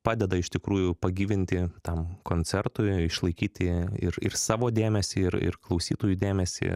padeda iš tikrųjų pagyvinti tam koncertui išlaikyti ir ir savo dėmesį ir ir klausytojų dėmesį